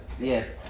Yes